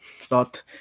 thought